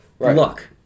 luck